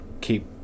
keep